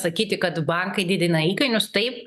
sakyti kad bankai didina įkainius taip